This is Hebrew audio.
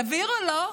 סביר או לא?